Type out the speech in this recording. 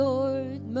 Lord